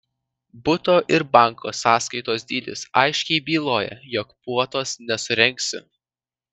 buto ir banko sąskaitos dydis aiškiai byloja jog puotos nesurengsiu